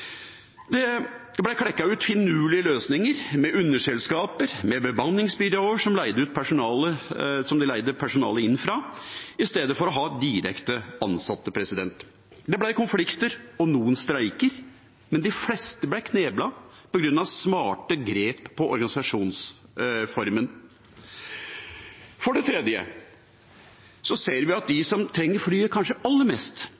Det ble klekket ut finurlige løsninger, med underselskaper og bemanningsbyråer som man leide personale inn fra, i stedet for å ha direkte ansatte. Det ble konflikter og noen streiker, men de fleste ble kneblet på grunn av smarte grep knyttet til organisasjonsformen. For det tredje ser vi at for dem som kanskje trenger fly aller mest,